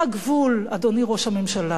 מה הגבול, אדוני ראש הממשלה,